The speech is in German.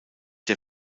der